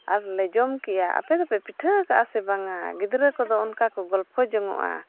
ᱟᱨᱞᱮ ᱡᱚᱢ ᱠᱮᱜᱼᱟ ᱟᱯᱮ ᱫᱚᱯᱮ ᱯᱤᱴᱷᱟᱹ ᱟᱠᱟᱫᱼᱟ ᱥᱮ ᱵᱟᱝ ᱜᱤᱫᱽᱨᱟᱹ ᱠᱚᱫᱚ ᱚᱱᱠᱟ ᱠᱚ ᱜᱚᱞᱯᱷᱚ ᱡᱚᱝᱚᱜᱼᱟ